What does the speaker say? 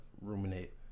Ruminate